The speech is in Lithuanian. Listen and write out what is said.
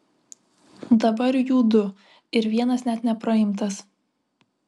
dabar jų du ir vienas net nepraimtas